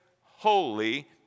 holy